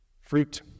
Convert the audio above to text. fruit